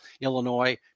Illinois